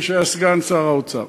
מי שהיה סגן שר האוצר,